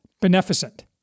beneficent